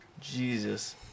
Jesus